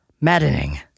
Maddening